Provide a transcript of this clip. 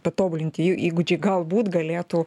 patobulinti jų įgūdžiai galbūt galėtų